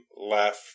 left